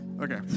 Okay